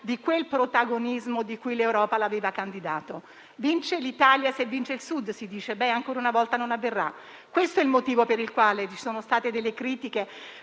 di quel protagonismo cui l'Europa l'aveva candidato. Vince l'Italia, se vince il Sud, si dice; ancora una volta non avverrà. Questo è il motivo per il quale ci sono state delle critiche